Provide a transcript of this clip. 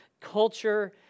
culture